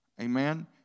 Amen